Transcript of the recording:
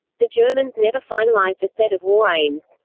the germans never finalized a set of war aims.